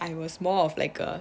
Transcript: I was more of like a